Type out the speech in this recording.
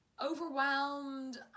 overwhelmed